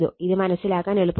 ഇത് മനസ്സിലാക്കാൻ എളുപ്പമാണ്